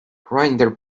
grinder